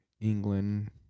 England